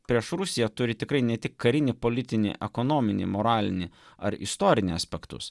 prieš rusiją turi tikrai ne tik karinį politinį ekonominį moralinį ar istorinę aspektus